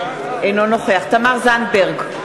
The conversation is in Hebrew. אינו נוכח תמר זנדברג,